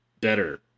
better